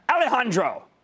Alejandro